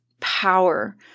Power